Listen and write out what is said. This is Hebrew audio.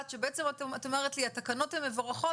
שבעצם את אומרת לי התקנות הן מבורכות,